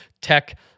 tech